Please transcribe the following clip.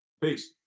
Peace